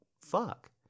fuck